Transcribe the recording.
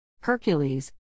Hercules